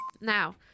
now